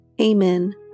Amen